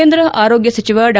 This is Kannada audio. ಕೇಂದ್ರ ಆರೋಗ್ಯ ಸಚಿವ ಡಾ